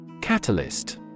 Catalyst